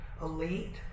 elite